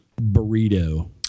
burrito